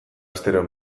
astero